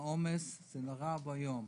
העומס, זה נורא ואיום.